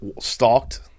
stalked